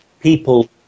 people